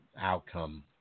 outcome